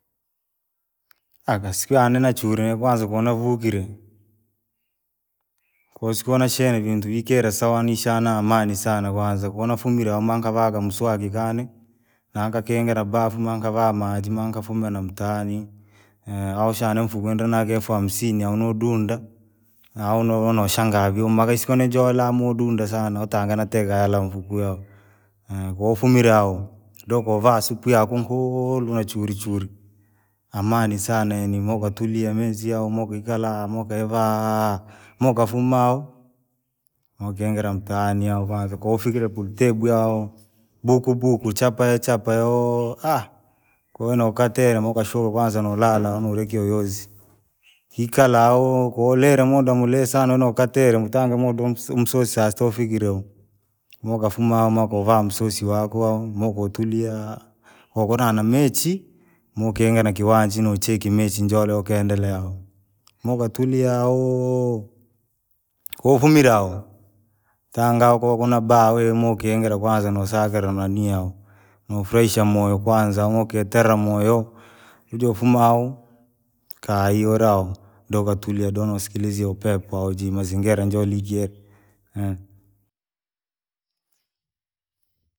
Aka sikuyani nachunii nekwanza konavukiree. Koo siku nashine kintu ikeraa sawa nishana namani sana kwanza konafumiree maanikava akanswali kane, na nikakingira bafu maankavaa maji maanikafuna na mtaani. ushane mfukwi ndeenina kaelfu hamsini au nodundaa, huonova nashangaasii huyumaka nasiko nijote amuodunda sunaa utange natee kahela mfukwii hao, kotumiree hao, nokovaa supu yakoo nkuu nachurichuri. Amani saana yaani maaukatuliaa menziyaa amaukikalaa ameekesaa, maaukafumaa! Maa ukiingira mtani au kwanza koufikeree puliteboo yaa! Bukubuka chapayi chapa yoo, kwahiyo nokatele maaukashuka kwanza nalola nowere kiyoyozi. kikalaa haoo kokulira muda muhiha sana nukatiree ukatanga muda wa ni umso msasi asitofikiree huu. muukafuna maaukavaa msosi wako, maankatulia, maakanamechi maaukangire na kiwanja nachiki mechi nijole kendilea. Maankatulia au! Koufumira hoa, tangua kokunaboo wenaukingira kwanza nasakira nani hao. Nafurahisha moyo kwanza amautitira moyo, ujenifuma hao, kayii wirahao, deutatula denkasikilizia upeopo liajii mazingira nijolee aukiree.